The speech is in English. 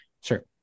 Sure